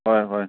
ꯍꯣꯏ ꯍꯣꯏ